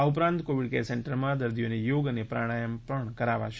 આ ઉપરાંત covid care સેન્ટરમાં દર્દીઓને યોગ અને પ્રાણાયામ પણ કરાવાશે